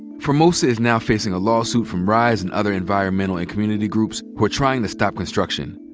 formosa is now facing a lawsuit from rise and other environmental and community groups who are trying to stop construction.